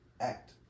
act